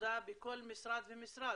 עבודה בכל משרד ומשרד.